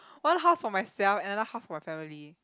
one house for myself another house for my family